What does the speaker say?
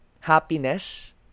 happiness